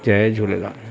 Jay Jhulelal